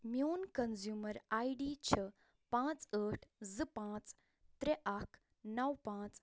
میٛون consumer I D چھُ پانٛژھ ٲٹھ زٕ پانٛژھ ترٛےٚ اکھ نَو پانٛژھ